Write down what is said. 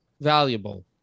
valuable